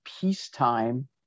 peacetime